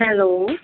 hello